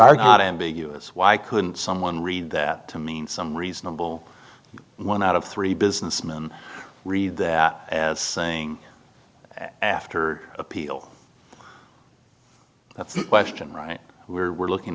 are not ambiguous why couldn't someone read that to mean some reasonable one out of three business men read that as saying after appeal that's the question right where we're looking